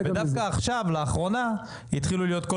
דווקא עכשיו לאחרונה התחילו להיות כל